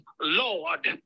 Lord